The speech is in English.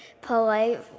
polite